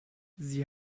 sie